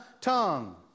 tongue